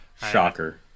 Shocker